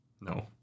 No